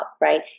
right